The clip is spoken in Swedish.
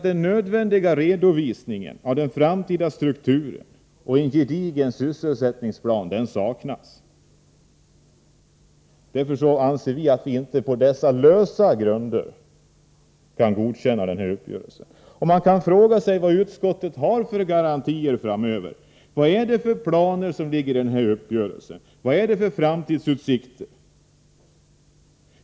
Den nödvändiga redovisningen av den framtida strukturen och en gedigen sysselsättningsplan saknas. Därför anser vi att vi inte på dessa lösa grunder kan godkänna uppgörelsen. Man kan fråga sig vad utskottet har för garantier framöver. Vad är det för planer som ligger i denna uppgörelse? Vad är det för framtidsutsikter?